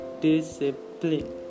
discipline